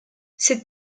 ses